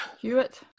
Hewitt